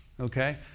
Okay